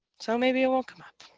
so maybe it won't come up